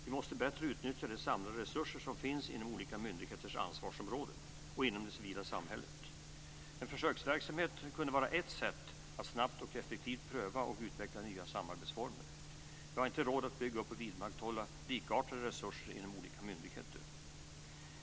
Vi måste bättre utnyttja de samlade resurser som finns inom olika myndigheters ansvarsområden och inom det civila samhället. En försöksverksamhet kunde vara ett sätt att snabbt och effektivt pröva och utveckla nya samarbetsformer. Vi har inte råd att bygga upp och vidmakthålla likartade resurser inom olika myndigheter.